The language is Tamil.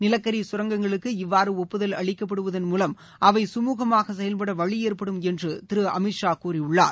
நிலக்கரி கரங்கங்களுக்கு இவ்வாறு ஒப்புதல் அளிக்கப்படுவதன் மூலம் அவை சுமூகமாக செயல்பட வழி ஏற்படும் என்று திரு அமித்ஷா கூறியுள்ளார்